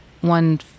one